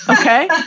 Okay